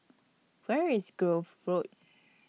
Where IS Grove Road